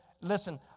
listen